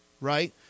right